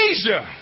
Asia